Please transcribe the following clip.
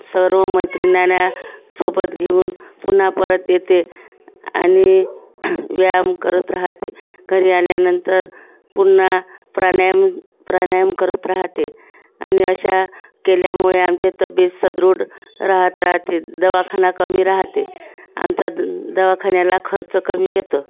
सर्व मैत्री नाना सोबत घेऊन पुन्हा परत येते आणि व्यायाम करत राहते घरी आल्यानंतर पुन्हा प्राणायाम प्राणायाम करत राहते आणि अशा केल्यामुळे आमची तब्येत सुदृढ राहत राहते दवाखाना कमी राहतो आमचा द दवाखान्याला खर्च कमी येतो